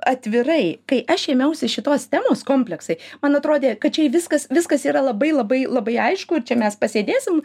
atvirai kai aš ėmiausi šitos temos kompleksai man atrodė kad čia viskas viskas yra labai labai labai aišku ir čia mes pasėdėsim